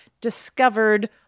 discovered